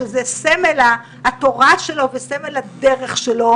שזה סמל התורה שלו וסמל הדרך שלו,